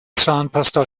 zahnpasta